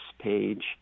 page